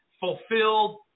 fulfilled